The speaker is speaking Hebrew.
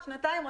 בעוד שנתיים,